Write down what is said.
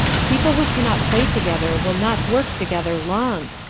people who can not play together will not work together long,